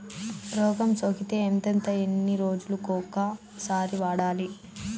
రోగం సోకితే ఎంతెంత ఎన్ని రోజులు కొక సారి వాడాలి?